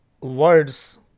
words